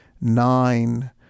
nine